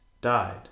died